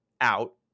out